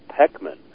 Peckman